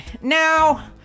now